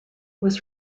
was